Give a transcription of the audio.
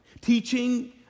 Teaching